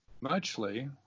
muchly